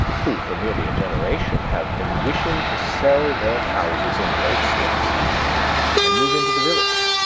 who, for nearly a generation, have been wishing to sell their houses in the outskirts and move into the village,